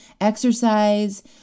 exercise